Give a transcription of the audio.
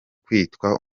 kwitwa